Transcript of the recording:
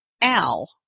Al